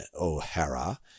O'Hara